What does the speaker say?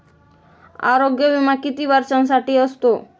आरोग्य विमा किती वर्षांसाठी असतो?